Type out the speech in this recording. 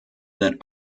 that